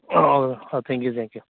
ꯑꯥ ꯊꯦꯡ ꯌꯨ ꯊꯦꯡ ꯌꯨ